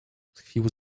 tkwił